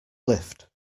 lift